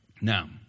Now